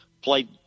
played